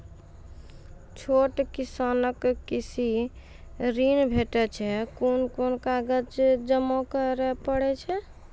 छोट किसानक कृषि ॠण भेटै छै? कून कून कागज जमा करे पड़े छै?